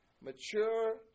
Mature